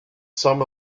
some